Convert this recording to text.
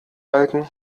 balken